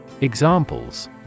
Examples